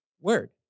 word